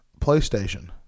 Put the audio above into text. PlayStation